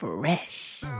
Fresh